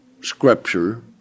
scripture